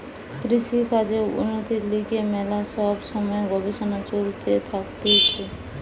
কৃষিকাজের উন্নতির লিগে ম্যালা সব সময় গবেষণা চলতে থাকতিছে